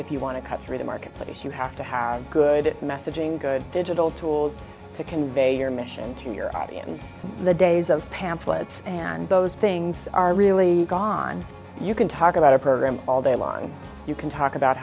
if you want to cut through the marketplace you have to have good at messaging good digital tools to convey your mission to your audience the days of pamphlets and those things are really gone you can talk about a program all day long you can talk about